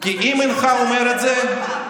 כי אם אינך אומר את זה,